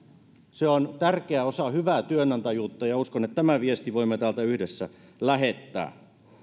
se on tärkeä osa hyvää työnantajuutta ja uskon että tämän viestin voimme täältä yhdessä lähettää